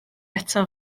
eto